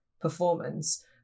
performance